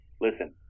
listen